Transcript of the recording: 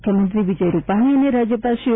મુખ્યમંત્રી વિજય રૂપાણી અને રાજ્યપાલ શ્રી ઓ